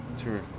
true